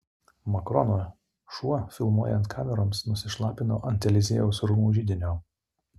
makrono šuo filmuojant kameroms nusišlapino ant eliziejaus rūmų židinio